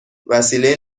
وسیله